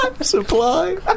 Supply